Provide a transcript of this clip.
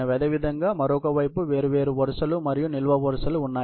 అదేవిధంగా మరొక వైపు వేర్వేరు వరుసలు మరియు నిలువు వరుసలు ఉన్నాయి